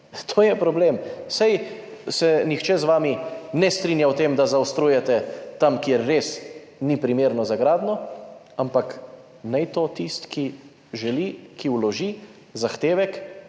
To je problem. Saj vam nihče ne nasprotuje v tem, da zaostrujete tam, kjer res ni primerno za gradnjo, ampak naj to tisti, ki želi, ki vloži zahtevek,